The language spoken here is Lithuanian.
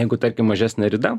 jeigu tarkim mažesnė rida